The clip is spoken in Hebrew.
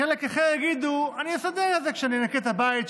חלק אחר יגידו: אני אסדר את זה כשאני אנקה את הבית,